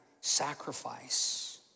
sacrifice